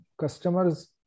customers